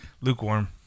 Lukewarm